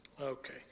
Okay